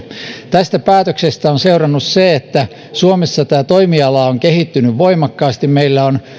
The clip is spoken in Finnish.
tästä päätöksestä on seurannut se että suomessa tämä toimiala on kehittynyt voimakkaasti meillä on